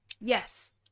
Yes